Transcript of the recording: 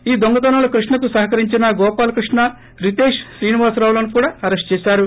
ఈ దొంగతనాల్లో కృష్ణకు సహకరించిన గోపాలకృష్ణ రితేష్ శ్రీనివాసరావులను కూడా అరెస్ట్ చేశారు